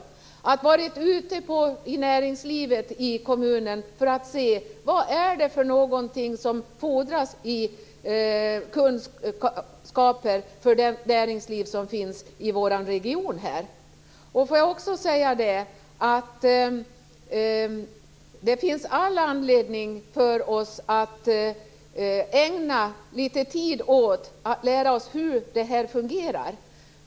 Jag har varit ute i näringslivet i kommunen för att se vad det är för kunskaper som fordras för det näringsliv som finns i regionen. Det finns all anledning för oss att ägna litet tid åt att lära oss hur det här fungerar.